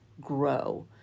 grow